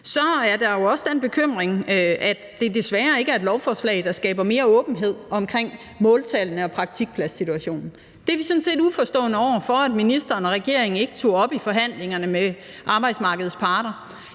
– er der jo også den bekymring, at det desværre ikke er et lovforslag, der skaber mere åbenhed omkring måltallene og praktikpladssituationen. Det er vi sådan set uforstående over for at ministeren og regeringen ikke tog op i forhandlingerne med arbejdsmarkedets parter.